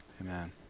Amen